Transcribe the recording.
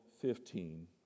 fifteen